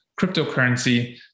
cryptocurrency